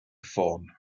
ffôn